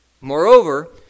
Moreover